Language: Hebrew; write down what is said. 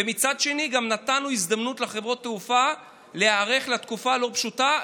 ומצד שני גם נתנו הזדמנות לחברות תעופה להיערך לתקופה לא פשוטה.